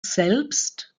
selbst